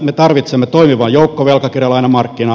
me tarvitsemme toimivan joukkovelkakirjalainamarkkinan